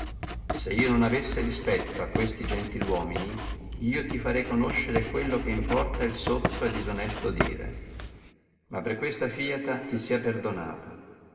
se io non avesse rispetto a questi gentiluomini io ti farei conoscere quello che importa il sozzo e disonesto dire ma per questa fiata ti sia perdonato